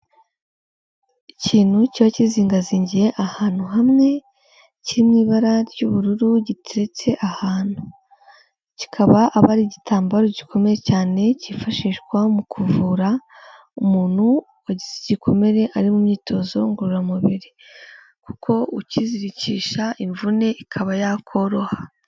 Ikintu kiba kizingazingiye ahantu hamwe, kiri mu ibara ry'ubururu giteretse ahantu. Kikaba aba ari igitambaro gikomeye cyane cyifashishwa mu kuvura umuntu wagize igikomere ari mu myitozo ngororamubiri, kuko ukizirikisha imvune ikaba yakoroha.